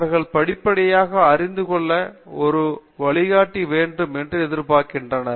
அவர்கள் படிப்படியாக அறிந்துகொள்ள ஒரு வழிகாட்டி வேண்டும் என்று எதிர்பார்க்கின்றனர்